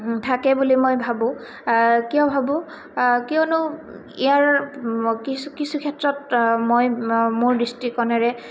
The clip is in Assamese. থাকে বুলি মই ভাবোঁ কিয় ভাবোঁ কিয়নো ইয়াৰ কিছু কিছু ক্ষেত্ৰত মই মোৰ দৃষ্টিকোণেৰে